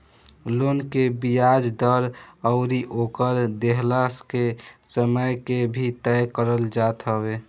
loan के बियाज दर अउरी ओकर देहला के समय के भी तय करल जात हवे